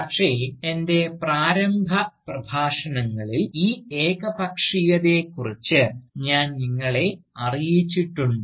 പക്ഷേ എൻറെ പ്രാരംഭ പ്രഭാഷണങ്ങളിൽ ഈ ഏകപക്ഷീയതയെക്കുറിച്ച് ഞാൻ നിങ്ങളെ അറിയിച്ചിട്ടുണ്ട്